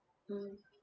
mm